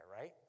right